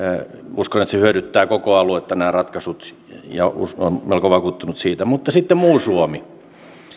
uskon että nämä ratkaisut hyödyttävät koko aluetta ja olen melko vakuuttunut siitä mutta sitten muu suomi